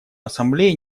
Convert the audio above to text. ассамблеи